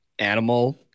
animal